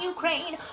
Ukraine